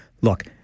Look